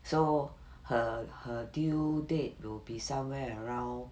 so her her due date will be somewhere around